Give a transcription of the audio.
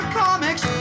comics